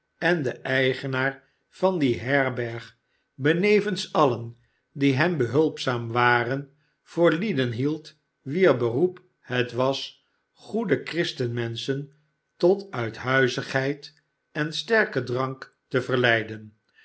en den eigenaar van die herberg benevens alien die hem behulpzaam waren voor lieden hield wier beroep het was goede christenmenschen tot uithuizigheid en sterken drank te verleiden